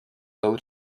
bow